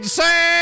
say